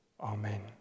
Amen